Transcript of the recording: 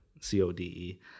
c-o-d-e